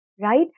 right